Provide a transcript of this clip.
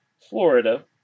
Florida